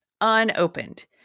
unopened